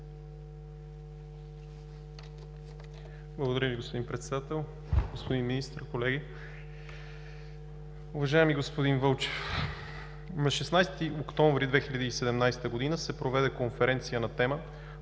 Благодаря Ви, господин Председател. Господин Министър, колеги, уважаеми господин Вълчев! На 16 октомври 2017 г. се проведе Конференция на тема: